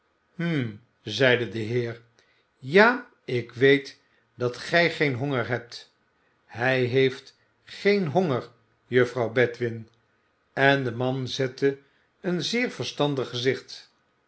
zeide de heer ja ik weet dat gij geen honger hebt hij heeft geen honger juffrouw bedwin en de man zette een zeer verstandig gezicht